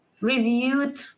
reviewed